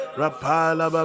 rapala